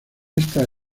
esta